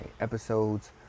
episodes